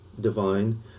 divine